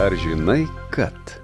ar žinai kad